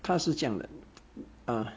他是这样的 uh